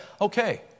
okay